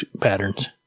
patterns